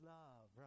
love